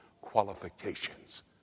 qualifications